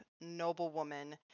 noblewoman